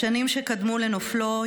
בשנים שקדמו לנופלו,